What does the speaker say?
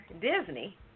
Disney